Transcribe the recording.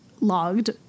logged